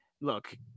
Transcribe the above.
Look